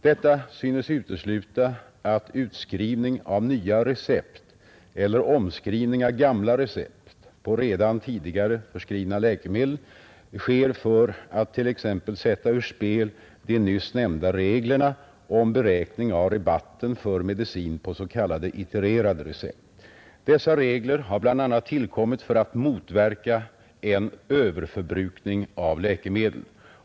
Detta synes utesluta att utskrivning av nya recept eller omskrivning av gamla recept på redan tidigare förskrivna läkemedel sker för att t.ex. sätta ur spel de nyss nämnda reglerna om beräkning av rabatten för medicin på s.k. itererade recept. Dessa regler har bl.a. tillkommit för att motverka en överförbrukning av läkemedel.